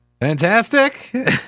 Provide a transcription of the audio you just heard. fantastic